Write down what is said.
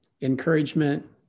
encouragement